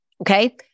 Okay